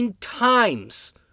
times